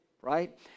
right